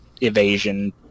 evasion